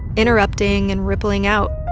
interrupting and rippling out,